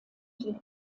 die